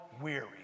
weary